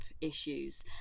issues